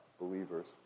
believers